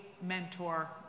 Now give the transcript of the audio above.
Mentor